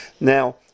Now